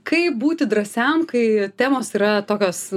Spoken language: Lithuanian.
kaip būti drąsiam kai temos yra tokios